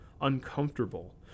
uncomfortable